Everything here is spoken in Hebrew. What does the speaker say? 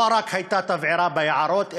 לא הייתה תבערה רק ביערות,